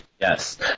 Yes